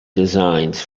designs